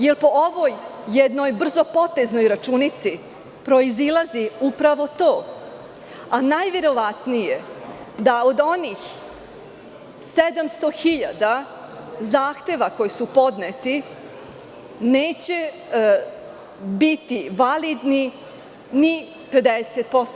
Jer, po ovoj brzo poteznoj računici proizilazi upravo to, a najverovatnije da od onih 700 hiljada zahteva koji su podneti, neće biti validnih ni 50%